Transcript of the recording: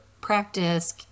practice